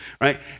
right